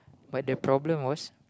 but the problem was